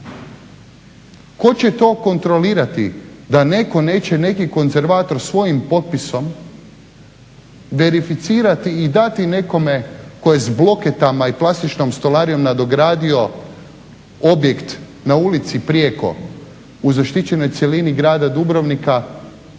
Tko će to kontrolirati da netko neće neki konzervator svojim potpisom verificirati i dati nekome tko je s bloketama i plastičnom stolarijom nadogradio objekt na ulici prijeko u zaštićenoj cjelini grada Dubrovnika.